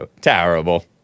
Terrible